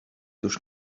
już